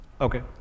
Okay